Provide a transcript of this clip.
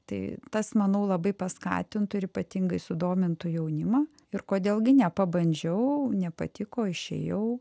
tai tas manau labai paskatintų ir ypatingai sudomintų jaunimą ir kodėl gi ne pabandžiau nepatiko išėjau